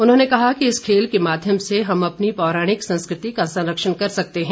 उन्होंने कहा कि इस खेल के माध्यम से हम अपनी पौराणिक संस्कृति का संरक्षण कर सकते हैं